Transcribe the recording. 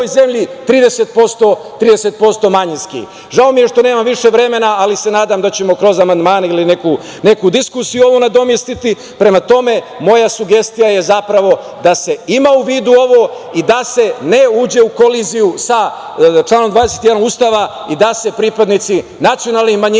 30% manjinski. Žao mi je što nemam više vremena, ali se nadam da ćemo kroz amandmane ili neku diskusiju ovo nadomestiti. Moja sugestija je zapravo da se ima u vidu ovo i da se ne uđe u koliziju sa članom 21. Ustava, da se pripadnici nacionalnih manjina,